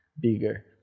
bigger